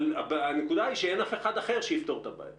אבל הנקודה שאין אף אחד אחר שיפתור את הבעיות